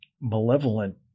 malevolent